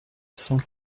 cent